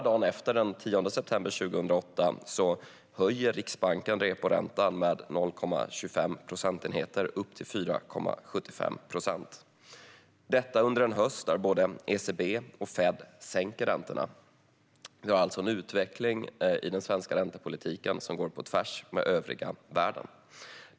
Dagen efter, den 10 september 2008, höjer Riksbanken reporäntan med 0,25 procentenheter upp till 4,75 procent. Detta sker under en höst då både ECB och Fed sänker räntorna. Vi har alltså en utveckling i den svenska räntepolitiken som går på tvärs med den övriga världen.